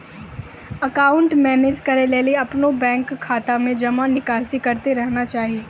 account manage करै लेली अपनो बैंक खाता मे जमा निकासी करतें रहना चाहि